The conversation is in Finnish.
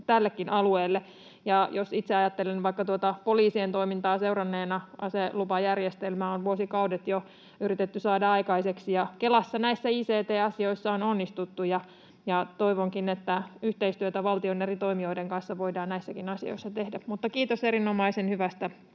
tällekin alueelle. Ja jos itse ajattelen vaikka poliisien toimintaa seuranneena, että aselupajärjestelmää on jo vuosikaudet yritetty saada aikaiseksi, niin Kelassa näissä ict-asioissa on onnistuttu. Toivonkin, että yhteistyötä valtion eri toimijoiden kanssa voidaan näissäkin asioissa tehdä. Kiitos erinomaisen hyvästä